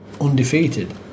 undefeated